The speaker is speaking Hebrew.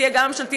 שתהיה גם ממשלתית,